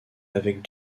avec